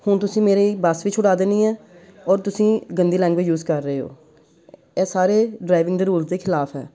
ਹੁਣ ਤੁਸੀਂ ਮੇਰੀ ਬੱਸ ਵੀ ਛੁਡਾ ਦੇਣੀ ਹੈ ਔਰ ਤੁਸੀਂ ਗੰਦੀ ਲੈਂਗੁਏਜ ਯੂਜ਼ ਕਰ ਰਹੇ ਹੋ ਇਹ ਸਾਰੇ ਡਰਾਈਵਿੰਗ ਦੇ ਰੂਲਸ ਦੇ ਖਿਲਾਫ਼ ਹੈ